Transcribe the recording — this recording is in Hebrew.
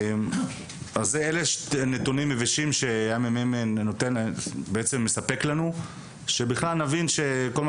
אלו נתונים יבשים שמחלקת המחקר והמידע מספקת על מנת שנבין שכל מה